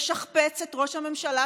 לשכפץ את ראש הממשלה,